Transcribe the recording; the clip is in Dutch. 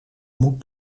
moet